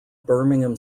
birmingham